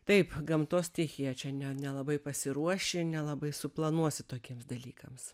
taip gamtos stichija čia ne nelabai pasiruoši nelabai suplanuosi tokiems dalykams